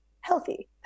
healthy